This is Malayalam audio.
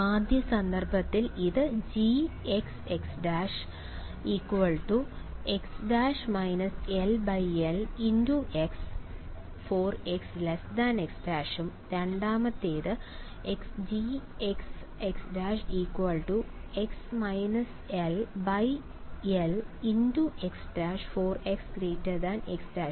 അതിനാൽ ആദ്യ സന്ദർഭത്തിൽ ഇത് Gxx′ x′l−lx x x′ രണ്ടാമത് Gxx′ x−l lx′ x x′